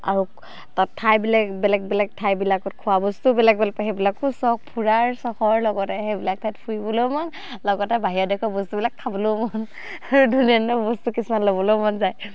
আৰু তাত ঠাইবিলাক বেলেগ বেলেগ ঠাইবিলাকত খোৱা বস্তু বেলেগ বেলেগ সেইবিলাকো চখ ফুৰাৰ চখৰ লগতে সেইবিলাক ঠাইত ফুৰিবলৈও মন লগতে বাহিৰৰ দেশৰ বস্তুবিলাক খাবলৈও মন ধুনীয়া ধুনীয়া বস্তু কিছুমান ল'বলৈও মন যায়